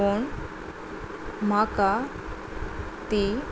पूण म्हाका ती